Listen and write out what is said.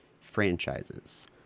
franchises